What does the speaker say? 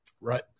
Right